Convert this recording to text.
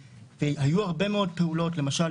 היו הרבה מאוד פעולות למשל,